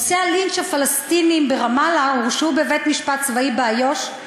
עושי הלינץ' הפלסטינים ברמאללה הורשעו בבית-משפט צבאי באיו"ש,